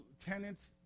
tenants